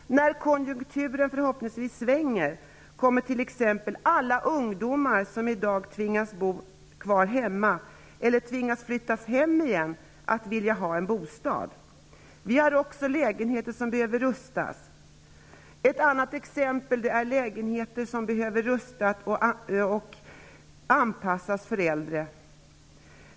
När konjunkturen förhoppningsvis svänger kommer t.ex. alla ungdomar, som i dag tvingas bo kvar hemma eller har tvingats flytta hem igen, att vilja ha en bostad. Vi har också lägenheter som behöver rustas. Ett annat exempel är lägenheter som behöver rustas och anpassas för äldre.